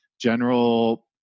general